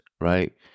right